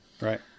Right